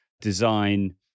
Design